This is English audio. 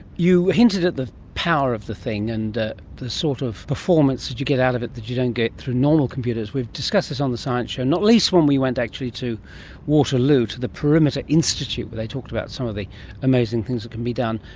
you hinted at the power of the thing and the the sort of performance that you get out of it that you don't get through normal computers. we've discussed this on the science show, not least when we went actually to waterloo to the perimeter institute where they talked about some of the amazing things that can be done.